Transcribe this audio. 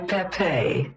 Pepe